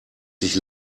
sich